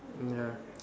ya